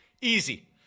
easy